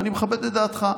ואני מכבד את דעתך.